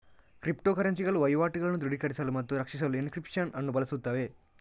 crypto ಕರೆನ್ಸಿಗಳು ವಹಿವಾಟುಗಳನ್ನು ದೃಢೀಕರಿಸಲು ಮತ್ತು ರಕ್ಷಿಸಲು ಎನ್ಕ್ರಿಪ್ಶನ್ ಅನ್ನು ಬಳಸುತ್ತವೆ